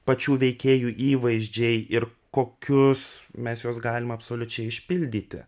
pačių veikėjų įvaizdžiai ir kokius mes juos galim absoliučiai išpildyti